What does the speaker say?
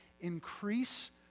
increase